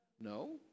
No